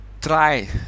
try